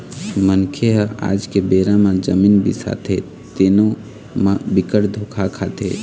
मनखे ह आज के बेरा म जमीन बिसाथे तेनो म बिकट धोखा खाथे